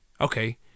Okay